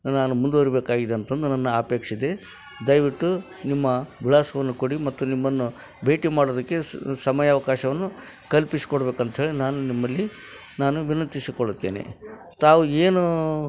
ನಾನು ಮುಂದುವರಿಬೇಕಾಗಿದ್ದು ಅಂತಂದು ನನ್ನ ಅಪೇಕ್ಷೆ ಇದೆ ದಯವಿಟ್ಟು ನಿಮ್ಮ ವಿಳಾಸವನ್ನು ಕೊಡಿ ಮತ್ತು ನಿಮ್ಮನ್ನು ಭೇಟಿ ಮಾಡೋದಕ್ಕೆ ಸಮಯಾವಕಾಶವನ್ನು ಕಲ್ಪಿಸಿಕೊಡ್ಬೇಕಂತ ಹೇಳಿ ನಾನು ನಿಮ್ಮಲ್ಲಿ ನಾನು ವಿನಂತಿಸಿಕೊಳ್ಳುತ್ತೇನೆ ತಾವು ಏನು